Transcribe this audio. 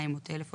מים או טלפון,